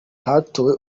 hatowe